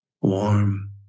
warm